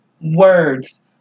words